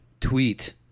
tweet